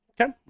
Okay